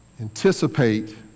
anticipate